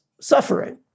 suffering